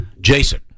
Jason